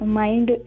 mind